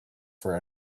for